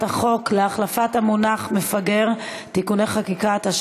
החוק להחלפת המונח מפגר (תיקוני חקיקה),